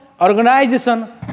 Organization